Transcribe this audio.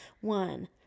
one